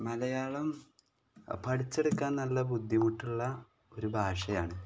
മലയാളം പഠിച്ച് എടുക്കാൻ നല്ല ബുദ്ധിമുട്ടുള്ള ഒരു ഭാഷയാണ്